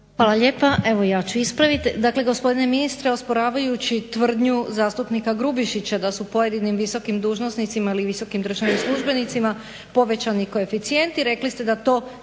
Hvala lijepa. Evo ja ću ispraviti. Dakle gospodine ministre osporavajući tvrdnju zastupnika Grubišića da su pojedinim visokim dužnosnicima ili visokim državnim službenicima povećani koeficijenti rekli ste da to